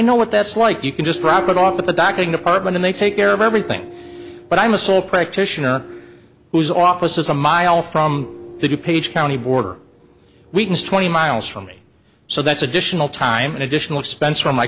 know what that's like you can just drop it off at the docking department and they take care of everything but i'm a sole practitioner whose office is a mile from the page county border regions twenty miles from me so that's additional time and additional expense for my